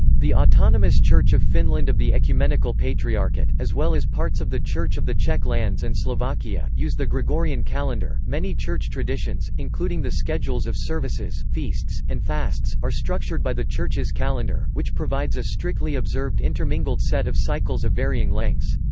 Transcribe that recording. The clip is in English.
the autonomous church of finland of the ecumenical patriarchate, as well as parts of the church of the czech lands and slovakia, use the gregorian calendar many church traditions, including the schedules of services, feasts, and fasts, are structured by the church's calendar, which provides a strictly observed intermingled set of cycles of varying lengths.